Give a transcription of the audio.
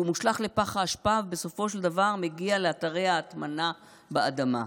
הוא מושלך לפח האשפה ובסופו של דבר מגיע לאתרי ההטמנה באדמה.